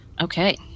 okay